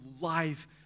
life